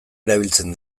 erabiltzen